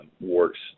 works